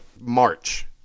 March